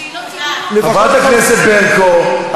חברת הכנסת ברקו,